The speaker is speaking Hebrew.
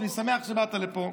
אני שמח שבאת לפה.